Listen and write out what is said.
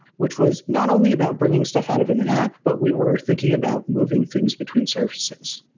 which was not only about bringing stuff out of an in-app, but we were thinking about moving things between surfaces,